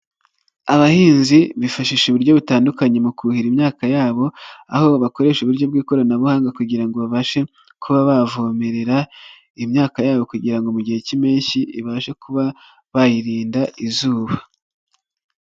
Abahinzi bifashisha uburyo butandukanye mu kuhira imyaka yabo, aho bakoresha uburyo bw'ikoranabuhanga kugira ngo babashe kuba bavomerera imyaka yabo kugira ngo mu gihe cy'impeshyi, ibashe kuba bayinda izuba.